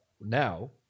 Now